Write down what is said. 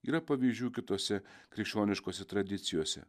yra pavyzdžių kitose krikščioniškose tradicijose